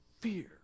fear